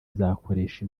izakoresha